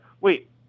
wait